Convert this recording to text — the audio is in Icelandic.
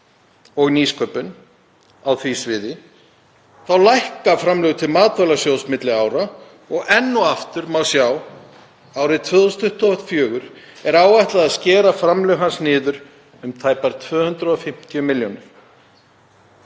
og nýsköpun á því sviði, lækka framlög til Matvælasjóðs milli ára og enn og aftur má sjá að árið 2024 er áætlað að skera framlög til hans niður um tæpar 250 milljónir.